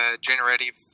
generative